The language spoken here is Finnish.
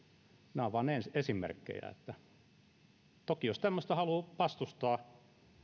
nämä ovat vain esimerkkejä toki jos tämmöistä haluaa vastustaa